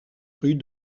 rue